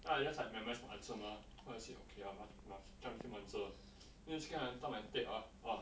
then I just like memorize the answer mah then I see okay I must I must choose the same answer then I scared every time I take ah !wah!